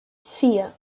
vier